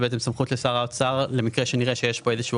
זה בעצם סמכות לשר האוצר למקרה שנראה שיש פה איזה שהוא